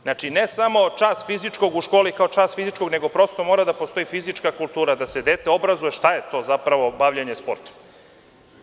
Znači, ne samo čas fizičkog u školi kao čas fizičkog, nego prosto mora da postoji fizička kultura da se dete obrazuje, šta je to zapravo bavljenje sportom?